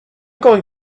going